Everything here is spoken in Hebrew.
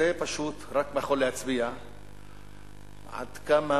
זה פשוט רק יכול להצביע עד כמה